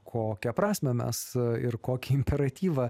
kokią prasmę mes ir į kokį imperatyvą